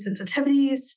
sensitivities